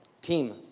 Team